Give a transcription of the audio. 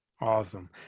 Awesome